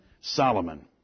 Solomon